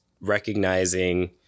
recognizing